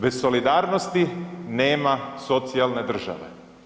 Bez solidarnosti nema socijalne države.